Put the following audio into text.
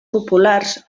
populars